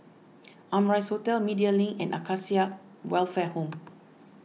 Amrise Hotel Media Link and Acacia Welfare Home